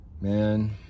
Man